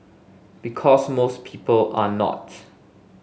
because most people are not